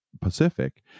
Pacific